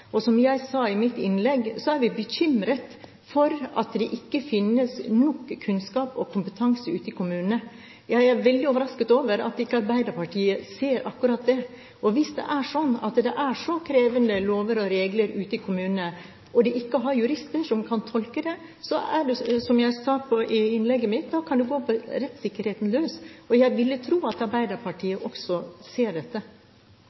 Som jeg sa i mitt innlegg, er vi bekymret for at det ikke finnes nok kunnskap og kompetanse ute i kommunene. Jeg er veldig overrasket over at ikke Arbeiderpartiet ser akkurat det. Hvis det er slik at det er så krevende lover og regler ute i kommunene, og de ikke har jurister som kan tolke dem, kan det, som jeg sa i innlegget mitt, gå på rettssikkerheten løs. Jeg ville tro at Arbeiderpartiet også ser dette.